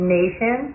nation